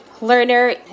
learner